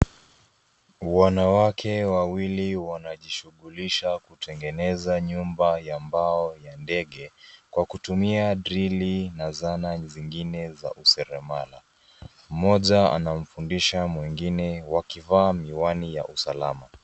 Wanawake wawili wanajishughulisha kutengeneza nyumba ya mbao ya ndege, kwa kutumia drili na zana zingine za useremala. Mmoja anamfundisha mwengine wakivaa miwani ya usalama.